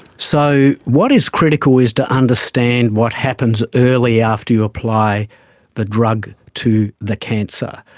so what is critical is to understand what happens early after you apply the drug to the cancer.